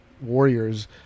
Warriors